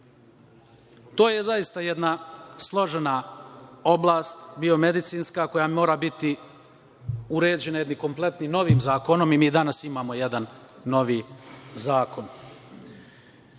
To je zaista jedna složena oblast, biomedicinska koja mora biti uređena jednim kompletnim novim zakonom i mi danas imamo jedan novi zakon.